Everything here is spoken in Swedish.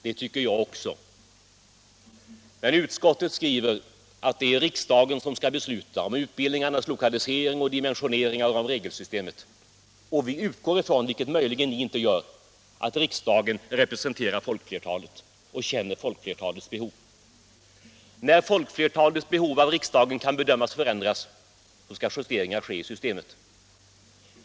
Det tycker jag också. Utskottet skriver att det är riksdagen som skall besluta om utbildningarnas lokalisering och dimensionering och om regelsystemet. Vi utgår ifrån, vilket möjligen ni inte gör, att riksdagen representerar folkflertalet och känner folkflertalets behov. När riksdagen bedömer att folkflertalets behov förändras skall justeringar ske i systemet.